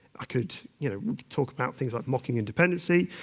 i could you know talk about things like mocking and dependency,